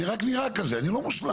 אני רק ניראה כזה אני לא מושלם.